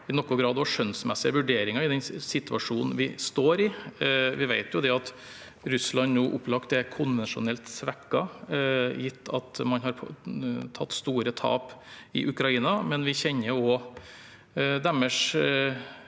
i noen grad også skjønnsmessige vurderinger i den situasjonen vi står i. Vi vet at Russland nå opplagt er konvensjonelt svekket, gitt at man har tatt store tap i Ukraina, men vi kjenner også deres